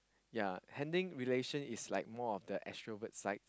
ya handing relation is like more of the extrovert side